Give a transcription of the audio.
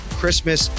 Christmas